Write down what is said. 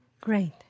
Great